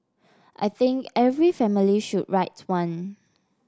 I think every family should write one